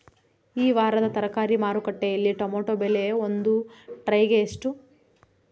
ಈ ವಾರದ ತರಕಾರಿ ಮಾರುಕಟ್ಟೆಯಲ್ಲಿ ಟೊಮೆಟೊ ಬೆಲೆ ಒಂದು ಟ್ರೈ ಗೆ ಎಷ್ಟು?